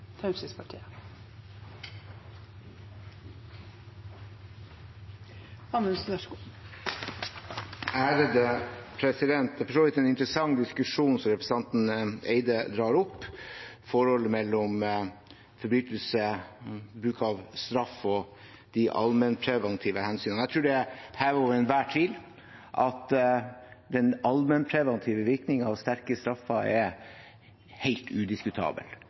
Eide drar opp, om forholdet mellom forbrytelse, bruk av straff og de allmennpreventive hensyn. Jeg tror det er hevet over enhver tvil at den allmennpreventive virkningen av strenge straffer er helt udiskutabel.